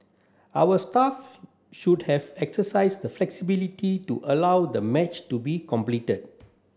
our staff should have exercised the flexibility to allow the match to be completed